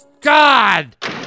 God